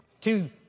two